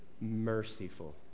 merciful